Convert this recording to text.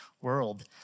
world